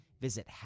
Visit